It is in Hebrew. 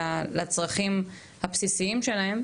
אלא לצרכים הבסיסיים שלהם,